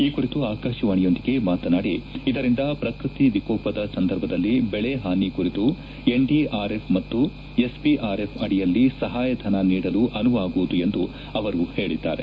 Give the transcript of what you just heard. ಈ ಕುರಿತು ಆಕಾಶವಾಣಿಯೊಂದಿಗೆ ಮಾತನಾಡಿ ಇದರಿಂದ ಪ್ರಕೃತಿ ವಿಕೋಪದ ಸಂದರ್ಭದಲ್ಲಿ ಬೆಳೆ ಹಾನಿ ಕುರಿತು ಎನ್ಡಿಆರ್ಎಫ್ ಮತ್ತು ಎಸ್ಬಿಆರ್ಎಫ್ ಅಡಿಯಲ್ಲಿ ಸಹಾಯಧನ ನೀಡಲು ಅನುವಾಗುವುದು ಎಂದು ಅವರು ಹೇಳಿದ್ದಾರೆ